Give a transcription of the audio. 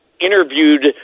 interviewed